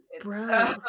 bro